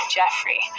Jeffrey